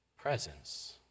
presence